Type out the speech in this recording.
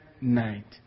night